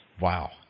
Wow